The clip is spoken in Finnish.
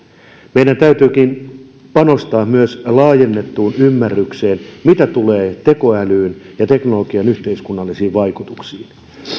meidän täytyykin panostaa myös laajennettuun ymmärrykseen mitä tulee tekoälyyn ja teknologian yhteiskunnallisiin vaikutuksiin